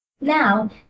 Now